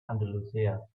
andalusia